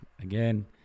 again